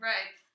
Right